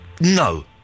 No